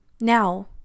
Now